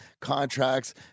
contracts